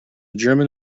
german